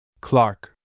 Clark